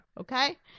okay